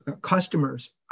customers